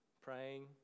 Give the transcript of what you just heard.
praying